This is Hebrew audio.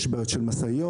יש בעיות של משאיות,